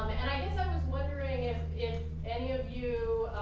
and i guess i was wondering if any of you,